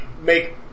make